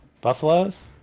buffaloes